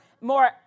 more